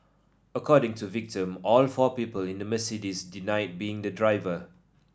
according to victim all four people in the Mercedes denied being the driver